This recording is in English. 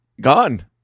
gone